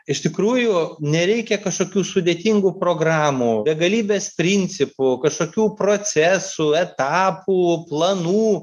iš tikrųjų nereikia kažkokių sudėtingų programų begalybės principų kažkokių procesų etapų planų